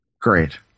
Great